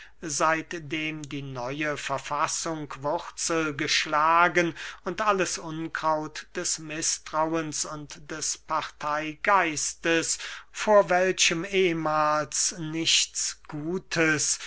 seitdem die neue verfassung wurzel geschlagen und alles unkraut des mißtrauens und des parteygeistes vor welchem ehmahls nichts gutes